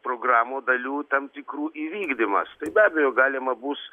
programų dalių tam tikrų įvykdymas tai be abejo galima bus